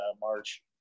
March